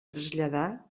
traslladà